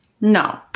No